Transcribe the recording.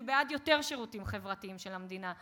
אני בעד יותר שירותים חברתיים של המדינה.